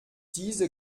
diese